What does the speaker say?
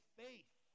faith